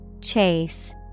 Chase